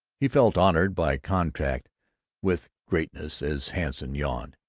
he felt honored by contact with greatness as hanson yawned,